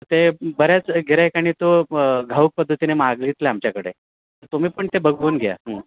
ते बऱ्याच गिऱ्हाईकांनी तो घाऊक पद्धतीने मागितला आमच्याकडे तुम्ही पण ते बघून घ्या हं